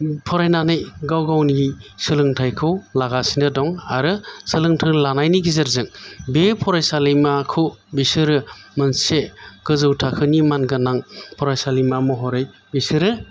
फरायनानै गाव गावनि सोलोंथाइखौ लागासिनो दं आरो सोलोंथाइ लानायनि गेजेरजों बे फरायसालिमाखौ बिसोरो मोनसे गोजौ थाखोनि मान गोनां फरायसालिमा महरै बिसोरो